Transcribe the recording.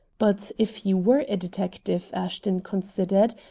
but, if he were a detective, ashton considered,